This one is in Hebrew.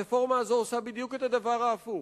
הרפורמה הזו עושה בדיוק את הדבר ההפוך.